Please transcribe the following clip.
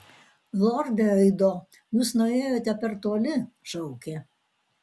lorde aido jūs nuėjote per toli šaukė